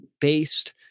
based